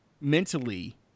mentally